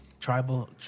tribal